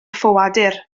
ffoadur